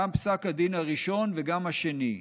גם פסק הדין הראשון וגם השני.